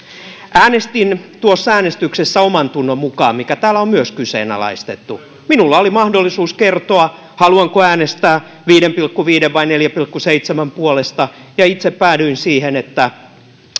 äänestin tuossa äänestyksessä omantunnon mukaan mikä täällä on myös kyseenalaistettu minulla oli mahdollisuus kertoa haluanko äänestää viiden pilkku viiden vai neljän pilkku seitsemän puolesta ja itse päädyin siihen että